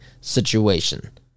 situation